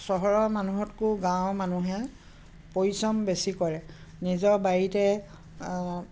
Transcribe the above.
চহৰৰ মানুহতকৈয়ো গাঁৱৰ মানুহে পৰিশ্ৰম বেছি কৰে নিজৰ বাৰীতে